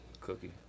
cookie